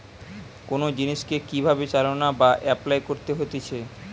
কোন জিনিসকে কি ভাবে চালনা বা এপলাই করতে হতিছে